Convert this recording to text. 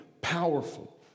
powerful